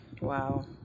Wow